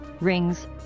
rings